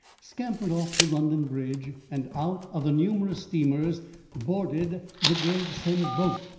scampered off to london bridge, and out of the numerous steamers boarded the gravesend boat,